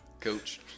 Coach